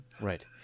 Right